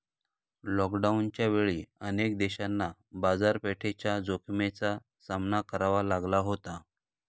लॉकडाऊनच्या वेळी अनेक देशांना बाजारपेठेच्या जोखमीचा सामना करावा लागला होता